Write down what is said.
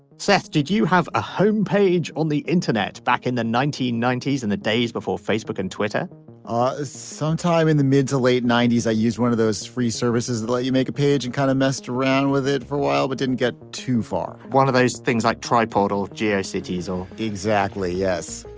seth did you have a home page on the internet back in the nineteen ninety s and the days before facebook and twitter ah sometime in the mid to late ninety s i used one of those free services that let you make a page and kind of messed around with it for a while but didn't get too far one of those things like tripod or geo cities or. exactly yes.